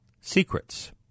secrets